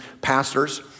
pastors